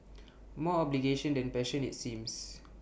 more obligation than passion IT seems